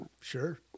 Sure